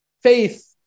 faith